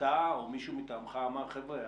אתה או מישהו מטעמך אמר: חבר'ה,